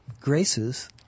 graces